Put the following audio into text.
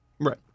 right